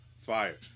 Fire